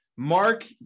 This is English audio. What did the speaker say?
Mark